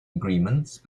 agreements